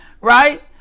right